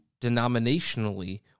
denominationally